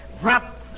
Drop